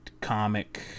comic